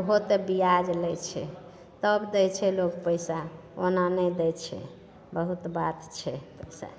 ओहो तऽ बिआज लै छै तब दै छै लोक पैसा ओना नहि दै छै बहुत बात छै पैसा